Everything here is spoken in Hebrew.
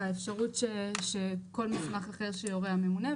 האפשרות של כל מסמך אחר שיורה הממונה,